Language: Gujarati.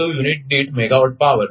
02 યુનિટ દીઠ મેગાવાટ પાવર